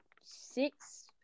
six